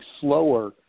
slower